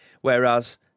Whereas